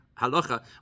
halacha